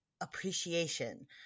appreciation